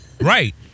Right